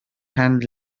hand